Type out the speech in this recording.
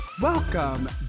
Welcome